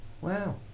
Wow